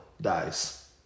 dies